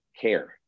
care